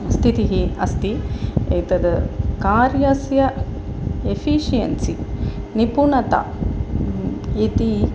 स्थितिः अस्ति एतद् कार्यस्य एफ़िषियन्सि निपुणता इति